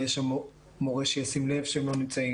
יש מורה שישים לב שהם לא נמצאים.